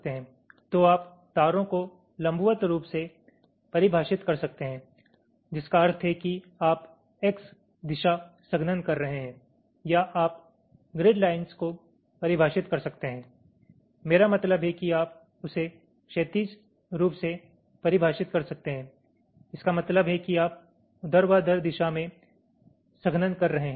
तो आप तारों को लंबवत रूप से परिभाषित कर सकते हैं जिसका अर्थ है कि आप X दिशा संघनन कर रहे हैं या आप ग्रिड लाइन्स को परिभाषित कर सकते हैं मेरा मतलब है कि आप उसे क्षैतिज रूप से परिभाषित कर सकते हैं इसका मतलब है कि आप ऊर्ध्वाधर दिशा में संघनन कर रहे हैं